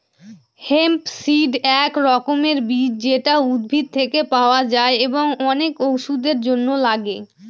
hemp seed এক রকমের বীজ যেটা উদ্ভিদ থেকে পাওয়া যায় এবং অনেক ওষুধের জন্য লাগে